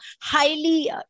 highly